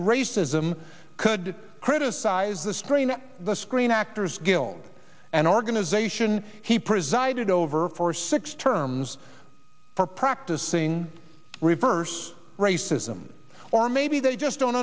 racism could criticize the screen at the screen actors guild an organization he presided over for six terms for practicing reverse racism or maybe they just don't